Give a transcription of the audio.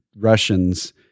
Russians